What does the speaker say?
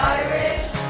irish